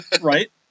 Right